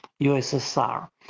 USSR